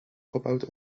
gebouwd